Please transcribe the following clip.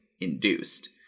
induced